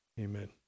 Amen